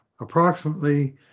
approximately